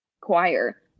choir